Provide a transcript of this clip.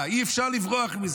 אי-אפשר לברוח מזה.